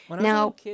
Now